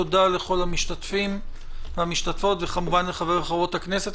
תודה לכל המשתתפים והמשתתפות וכמובן לחברי וחברות הכנסת.